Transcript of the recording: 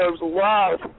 love